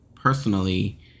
Personally